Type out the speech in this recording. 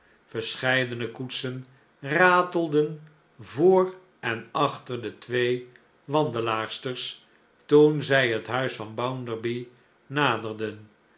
verscheidene koetsen ratelden voor en achter de twee wandelaarsters toen zij het huis van bounderby naderden